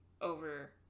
over